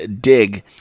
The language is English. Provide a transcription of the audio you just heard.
Dig